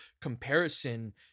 comparison